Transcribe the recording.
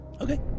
Okay